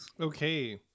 Okay